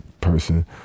person